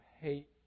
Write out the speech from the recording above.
hate